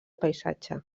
paisatge